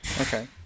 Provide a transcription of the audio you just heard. Okay